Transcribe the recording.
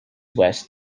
west